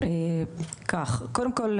קודם כול,